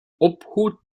obhut